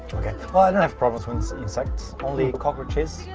well i don't have problems with insects, only cockroaches,